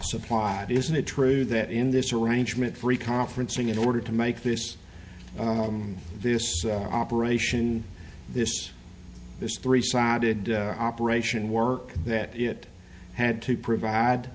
supply isn't it true that in this arrangement free conferencing in order to make this this operation this this three sided operation work that it had to provide